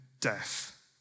death